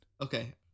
Okay